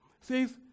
says